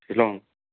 Shillong